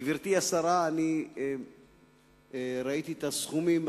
גברתי השרה, אני ראיתי את הסכומים.